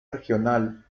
regional